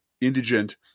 indigent